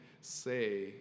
say